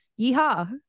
yeehaw